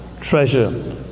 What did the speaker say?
treasure